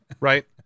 Right